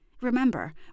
Remember